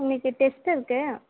இன்னைக்கு டெஸ்ட் இருக்கே